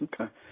Okay